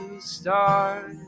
start